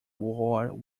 war